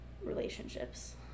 relationships